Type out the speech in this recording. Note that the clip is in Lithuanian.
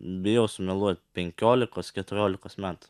bijau sumeluot penkiolikos keturiolikos metų